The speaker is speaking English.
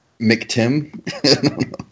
McTim